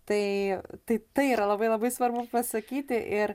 tai taip tai yra labai labai svarbu pasakyti ir